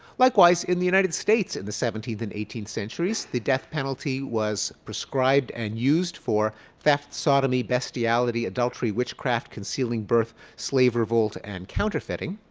likewise, in the united states in the seventeenth and eighteenth centuries, the death penalty was prescribed and used for thefts, sodomy, bestiality, adultery, witchcraft, concealing birth, slave revolt, and counterfeiting.